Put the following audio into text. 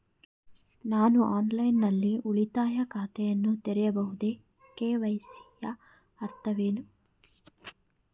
ನಾನು ಆನ್ಲೈನ್ ನಲ್ಲಿ ಉಳಿತಾಯ ಖಾತೆಯನ್ನು ತೆರೆಯಬಹುದೇ? ಕೆ.ವೈ.ಸಿ ಯ ಅರ್ಥವೇನು?